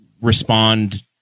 respond